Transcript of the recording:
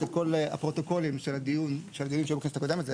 את כל הפרוטוקולים של הדיונים שהיו בכנסת הקודמת,